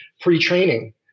pre-training